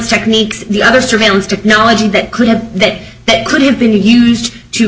techniques the other surveillance technology that could have that that could have been used to